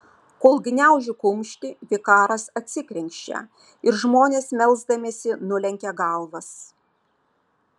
kol gniaužiu kumštį vikaras atsikrenkščia ir žmonės melsdamiesi nulenkia galvas